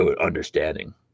understanding